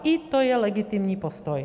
I to je legitimní postoj.